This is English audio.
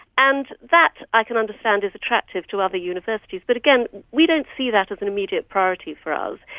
and that i can understand is attractive to other universities, but again, we don't see that as an immediate priority for us.